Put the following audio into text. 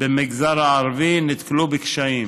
במגזר הערבי נתקלו בקשיים.